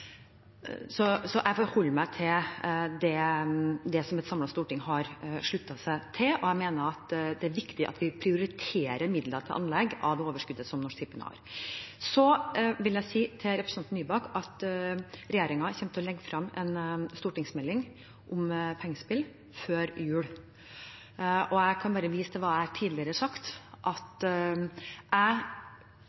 Jeg forholder meg til det som et samlet storting har sluttet seg til, og mener at det er viktig at vi prioriterer midler til anlegg av det overskuddet som Norsk Tipping har. Jeg vil si til representanten Nybakk at regjeringen kommer til å legge frem en stortingsmelding om pengespill før jul. Jeg kan bare vise til hva jeg tidligere har sagt,